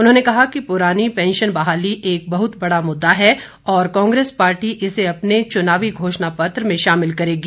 उन्होंने कहा कि पुरानी पैंशन बहाली एक बहुत बड़ा मुद्दा है और कांग्रेस पार्टी इसे अपने चुनावी घोषणा पत्र में शामिल करेगी